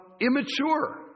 immature